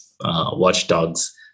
Watchdogs